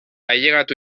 ailegatu